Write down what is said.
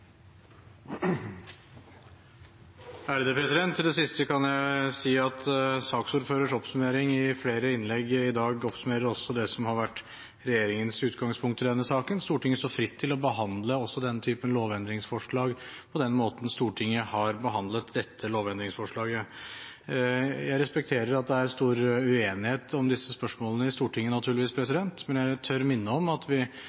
Til det siste kan jeg si at saksordførerens oppsummering i flere innlegg i dag oppsummerer også det som har vært regjeringens utgangspunkt i denne saken. Stortinget står fritt til å behandle også denne typen lovendringsforslag på den måten Stortinget har behandlet dette lovendringsforslaget. Jeg respekterer at det er stor uenighet om disse spørsmålene i Stortinget, naturligvis, men jeg tør minne om at vi